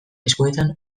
eskuetan